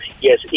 yes